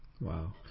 Wow